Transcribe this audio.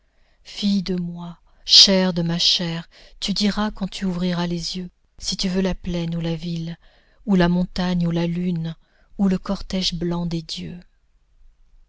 fille de moi chair de ma chair tu diras quand tu ouvriras les yeux si tu veux la plaine ou la ville ou la montagne ou la lune ou le cortège blanc des dieux